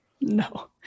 No